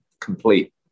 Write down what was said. complete